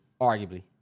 arguably